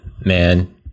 Man